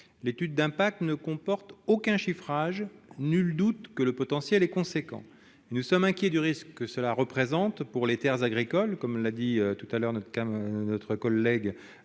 l'étude d'impact ne comporte aucun chiffrage. Nul doute que le potentiel est important. Nous sommes inquiets du risque que cela représente pour les terres agricoles qui longent les routes de notre pays,